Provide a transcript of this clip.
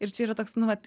ir čia yra toks nu vat